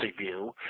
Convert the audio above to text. view